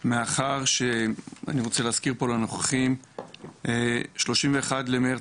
מאחר ואני רוצה להזכיר פה לנוכחים 31 במרץ